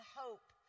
hope